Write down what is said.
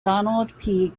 donald